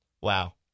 Wow